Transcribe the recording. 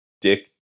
Dick